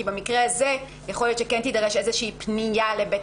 כי במקרה הזה יכול להיות שכן תידרש איזו פנייה לבית